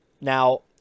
now